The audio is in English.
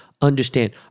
Understand